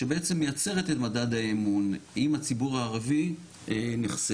שבעצם מייצרת את מדד האמון עם הציבור הערבי נחשפת.